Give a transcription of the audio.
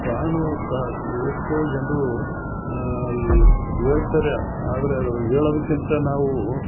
ಕಾರಣವು ಕ ಎಷ್ಟೋ ಜನರು ಹೇಳ್ತಾರೆ ಆದರೆ ಅದು ಹೇಳೋದಕ್ಕಿಂತ ನಾವು